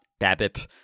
BABIP